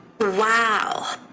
Wow